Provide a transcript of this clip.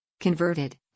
converted